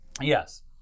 Yes